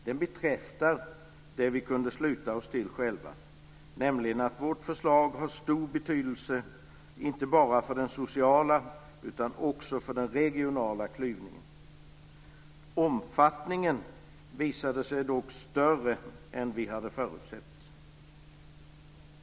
Den bekräftar det som vi kunde sluta oss till själva, nämligen att vårt förslag har stor betydelse, inte bara för den sociala utan också för den regionala klyvningen. Omfattningen visade sig dock större än vad vi hade förutsett.